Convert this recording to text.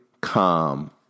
calm